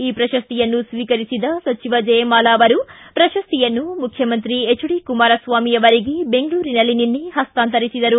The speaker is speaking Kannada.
ಈ ಪ್ರಶಸ್ತಿಯನ್ನು ಸ್ವೀಕರಿಸಿದ ಸಚಿವೆ ಜಯಮಾಲಾ ಅವರು ಪ್ರಶಸ್ತಿಯನ್ನು ಮುಖ್ಯಮಂತ್ರಿ ಹೆಚ್ ಡಿ ಕುಮಾರಸ್ವಾಮಿ ಅವರಿಗೆ ಬೆಂಗಳೂರಿನಲ್ಲಿ ನಿನ್ನೆ ಹಸ್ತಾಂತರಿಸಿದರು